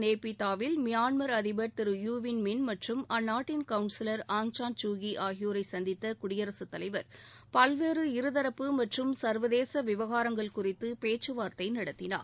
நே Pyi Taw வில் Myanmar அதிபர் யூ வின் மின் மற்றும் அந்நாட்டின் counsellor Aung San Suu Kyi ஆகியோரை சந்தித்த குடியரசு தலைவர் பல்வேறு இருதரப்பு மற்றும் சர்வதேச விவகாரங்கள் குறித்து பேச்சு வார்த்தை நடத்தினார்